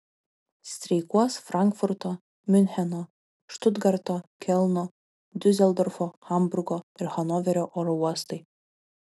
streikuos frankfurto miuncheno štutgarto kelno diuseldorfo hamburgo ir hanoverio oro uostai